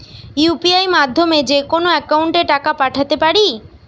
UPI মাধ্যমে যেকোনো একাউন্টে টাকা পাঠাতে পারি?